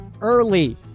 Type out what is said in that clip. early